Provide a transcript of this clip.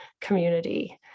community